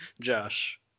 Josh